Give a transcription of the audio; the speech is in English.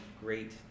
great